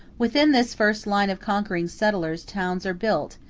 within this first line of conquering settlers towns are built,